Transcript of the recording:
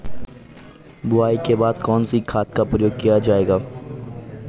बुआई के बाद कौन से खाद का प्रयोग किया जायेगा?